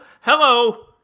Hello